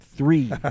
Three